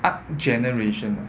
art generation ah